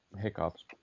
hiccups